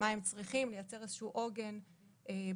מה הם צריכים, לייצר עוגן בטוח.